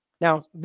Now